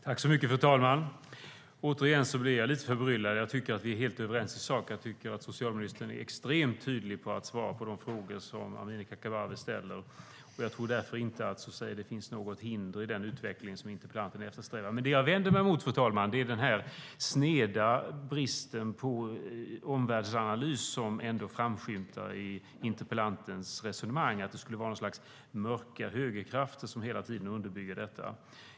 Fru talman! Återigen blir jag lite förbryllad. Jag tycker att vi är helt överens i sak. Jag tycker att socialministern är extremt tydlig i sina svar på de frågor som Amineh Kakabaveh ställer. Jag tror därför inte att det finns något hinder för den utveckling som interpellanten eftersträvar. Det jag vänder mig mot, fru talman, är den sneda brist på omvärldsanalys som framskymtar i interpellantens resonemang - att det skulle vara någon sorts mörka högerkrafter som hela tiden underbygger detta.